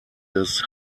des